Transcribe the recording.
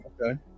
Okay